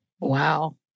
wow